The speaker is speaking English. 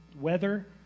weather